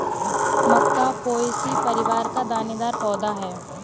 मक्का Poaceae परिवार का दानेदार पौधा है